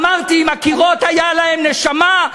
אמרתי: אם הקירות הייתה להם נשמה,